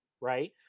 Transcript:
right